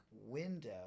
window